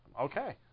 Okay